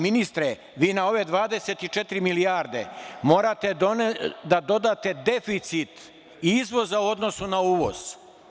Ministre, vi na ove 24 milijarde, morate da dodate deficit izvoza u odnosu na uvoz.